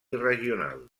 regional